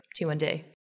T1D